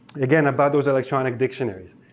again about those electronic dictionaries.